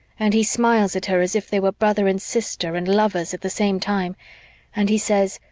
and he smiles at her as if they were brother and sister and lovers at the same time and he says,